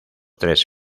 tres